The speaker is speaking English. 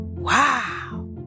Wow